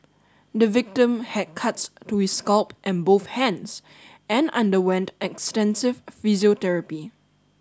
the victim had cuts to his scalp and both hands and underwent extensive physiotherapy